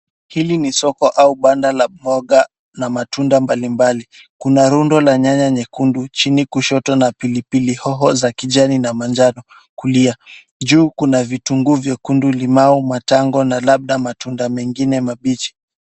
Hili ni soko au banda la mboga au matunda mbalimbali, Kuna rundo la nyanya nyekundu chini kushoto na pili hili hoho za kijani na manjano, kulia. Juu kuna vitunguu vya kundu limao, matango, na labda matunda mengine mabichi.